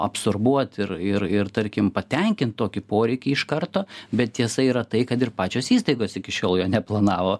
absorbuot ir ir ir tarkim patenkint tokį poreikį iš karto bet tiesa yra tai kad ir pačios įstaigos iki šiol jo neplanavo